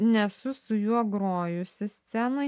nesu su juo grojusi scenoj